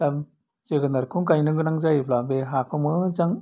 दा जोगोनारखौ गायनो गोनां जायोब्ला बे हाखौ मोजां